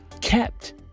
kept